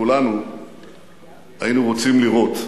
כולנו היינו רוצים לראות.